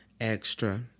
extra